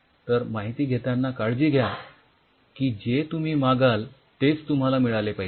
तर माहिती घेतांना काळजी घ्या की जे तुम्ही मागाल तेच तुम्हाला मिळाले पाहिजे